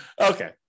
Okay